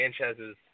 Sanchez's